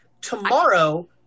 tomorrow